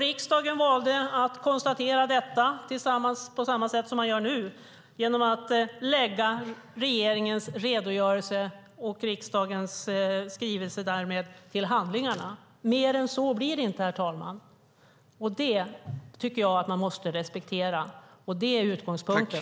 Riksdagen valde att konstatera detta på samma sätt som man gör nu genom att lägga regeringens redogörelse och därmed riksdagens skrivelse till handlingarna. Mer än så blir det inte, herr talman, och det tycker jag att man måste respektera. Det är utgångspunkten.